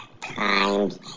times